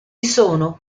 sono